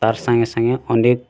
ତାର୍ ସାଙ୍ଗେ ସାଙ୍ଗେ ଅନେକ୍